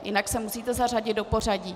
Jinak se musíte zařadit do pořadí.